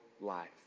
life